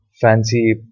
fancy